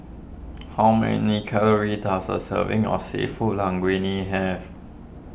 how many calories does a serving of Seafood Linguine have